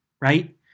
right